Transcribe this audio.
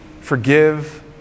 forgive